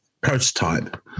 prototype